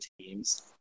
teams